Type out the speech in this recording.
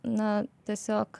na tiesiog